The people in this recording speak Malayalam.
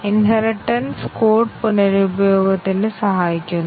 ഇൻഹെറിടെൻസ് കോഡ് പുനരുപയോഗത്തിന് സഹായിക്കുന്നു